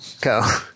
Go